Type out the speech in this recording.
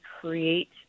create